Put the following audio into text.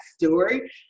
story